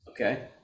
Okay